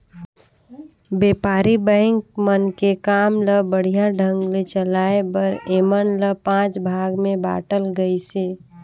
बेपारी बेंक मन के काम ल बड़िहा ढंग ले चलाये बर ऐमन ल पांच भाग मे बांटल गइसे